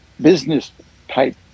business-type